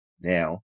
Now